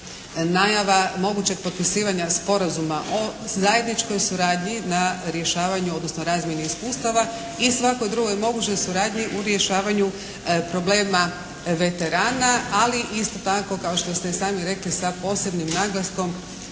najava mogućeg potpisivanja Sporazuma o zajedničkoj suradnji na rješavanju, odnosno razmjeni iskustava i svakoj drugoj mogućoj suradnji u rješavanju problema veterana. Ali isto tako kao što ste i sami rekli sa posebnim naglaskom